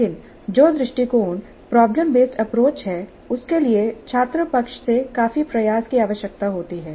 लेकिन जो दृष्टिकोण प्रॉब्लम बेसड अप्रोच है उसके लिए छात्र पक्ष से काफी प्रयास की आवश्यकता होती है